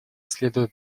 следуя